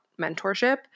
mentorship